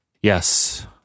Yes